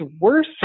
worse